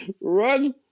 run